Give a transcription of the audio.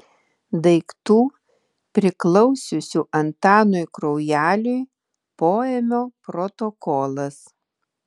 daiktų priklausiusių antanui kraujeliui poėmio protokolas